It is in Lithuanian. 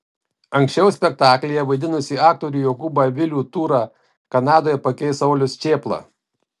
anksčiau spektaklyje vaidinusį aktorių jokūbą vilių tūrą kanadoje pakeis saulius čėpla